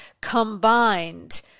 combined